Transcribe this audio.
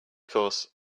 course